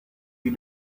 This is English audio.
you